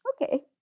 Okay